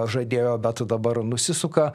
žadėjo bet dabar nusisuka